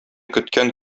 көткән